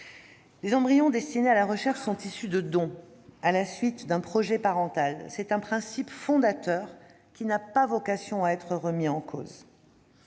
Les embryons destinés à la recherche sont issus de dons, à la suite d'un projet parental : ce principe fondateur n'a pas vocation à être remis en cause.